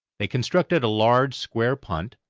they constructed a large square punt,